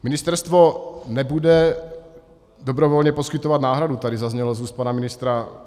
Ministerstvo nebude dobrovolně poskytovat náhradu, tady zaznělo z úst pana ministra.